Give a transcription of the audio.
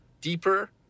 deeper